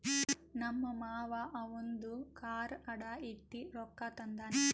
ನಮ್ ಮಾಮಾ ಅವಂದು ಕಾರ್ ಅಡಾ ಇಟ್ಟಿ ರೊಕ್ಕಾ ತಂದಾನ್